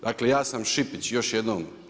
Dakle, ja sam Šipić, još jednom.